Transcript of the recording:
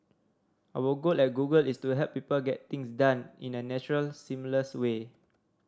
our goal at Google is to help people get things done in a natural seamless way